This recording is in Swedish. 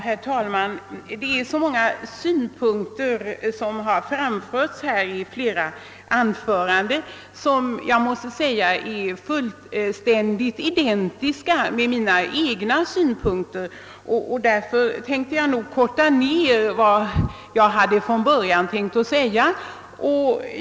Herr talman! Det har i flera anföranden framförts många synpunkter som är fullständigt identiska med mina egna, och jag ämnar därför korta ned vad jag ursprungligen hade tänkt säga.